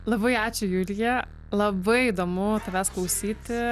labai ačiū julija labai įdomu tavęs klausyti